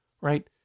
right